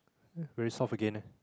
ah very soft again ah